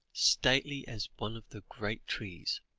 stately as one of the great trees,